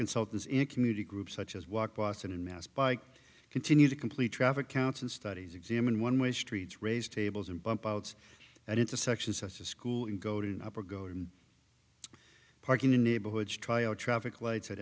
consultants and community groups such as walk boston mass bike continue to complete traffic counts and studies examine one way streets raise tables and bump outs at intersections such as school and go to an up or go parking in neighborhoods try out traffic lights at